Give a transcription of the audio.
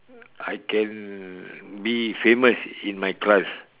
I can be famous in my class